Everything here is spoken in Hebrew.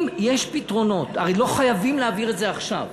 אם יש פתרונות, הרי לא חייבים להעביר את זה עכשיו.